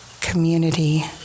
community